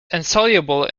insoluble